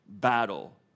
battle